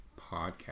Podcast